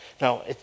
Now